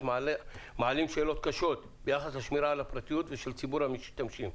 מעלה שאלות קשות ביחס לשמירה על הפרטיות של ציבור המשתמשים.